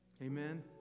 Amen